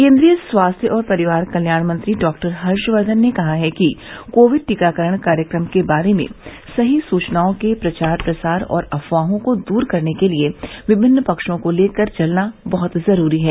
केन्द्रीय स्वास्थ्य और परिवार कल्याण मंत्री डॉ हर्षवर्धन ने कहा है कि कोविड टीकाकरण कार्यक्रम के बारे में सही सुचनाओं के प्रचार प्रसार और अफवाहों को दूर करने के लिए विभिन्न पक्षों को साथ लेकर चलना बहुत जरूरी है